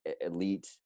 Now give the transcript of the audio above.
elite